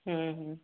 ହୁଁ ହୁଁ